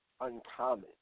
uncommon